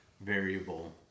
variable